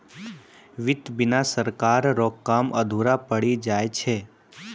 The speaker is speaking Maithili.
वित्त बिना सरकार रो काम अधुरा पड़ी जाय छै